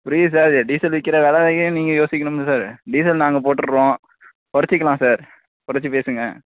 புரியுது sir diesel விற்கிற விலையும் நீங்கள் யோசிக்கணும்ல சார் டீசல் நாங்கள் போட்டுர்றோம் குறச்சிக்கலாம் சார் குறச்சிப் பேசுங்கள்